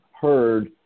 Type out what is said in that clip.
heard